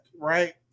right